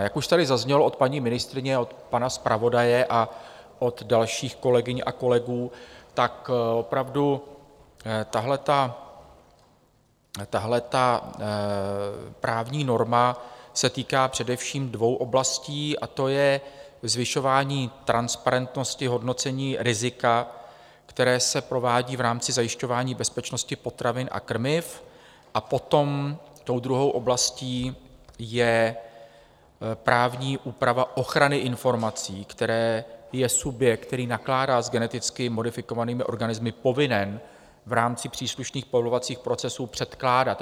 Jak už tady zaznělo od paní ministryně, od pana zpravodaje a od dalších kolegyň a kolegů, opravdu tahleta právní norma se týká především dvou oblastí, a to je zvyšování transparentnosti hodnocení rizika, které se provádí v rámci zajišťování bezpečnosti potravin a krmiv, a potom tou druhou oblastí je právní úprava ochrany informací, které je subjekt, který nakládá s geneticky modifikovanými organismy, povinen v rámci příslušných povolovacích procesů předkládat.